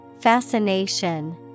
Fascination